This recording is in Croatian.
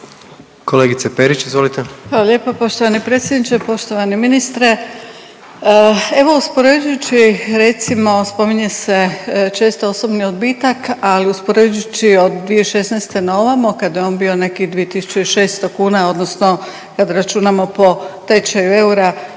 **Perić, Grozdana (HDZ)** Hvala lijepo poštovani predsjedniče, poštovani ministre. Evo, uspoređujući, recimo, spominje se često osobni odbitak, ali uspoređujući od 2016. naovamo kada je on bio nekih 2600 kuna, odnosno kad računamo po tečaju eura,